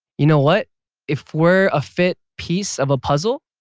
you know what if we're a fit piece of a puzzle,